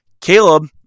Caleb